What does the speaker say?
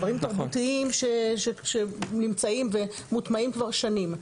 דברים תרבותיים שנמצאים ומוטמעים כבר שנים.